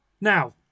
Now